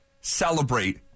celebrate